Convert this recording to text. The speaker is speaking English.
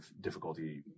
difficulty